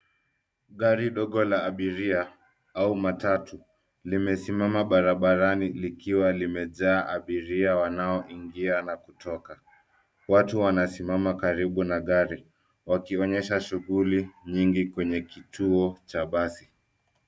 Gari ndogo la abiria au matatu limesimama barabarani likiwa limejaa abiria wanaoingia na kutoka. Watu wanasimama karibu na gari wakionyesha shughuli nyingi kwenye kituo cha basi.